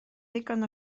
ddigon